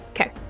Okay